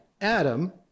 Adam